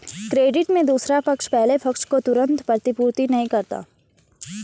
credit में दूसरा पक्ष पहले पक्ष को तुरंत प्रतिपूर्ति नहीं करता है